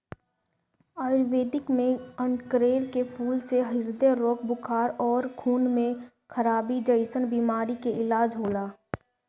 आयुर्वेद में कनेर के फूल से ह्रदय रोग, बुखार अउरी खून में खराबी जइसन बीमारी के इलाज होला